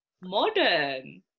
modern